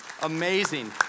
Amazing